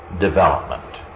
development